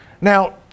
now